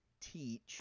teach